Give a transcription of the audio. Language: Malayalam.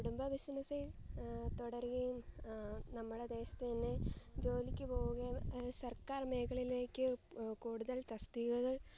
കുടുംബബിസിനെസ്സിൽ തുടരുകയും നമ്മുടെ ദേശത്തു തന്നെ ജോലിക്കു പോകുകയും സർക്കാർ മേഖലയിലേക്ക് കൂടുതൽ തസ്തികകൾ